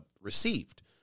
received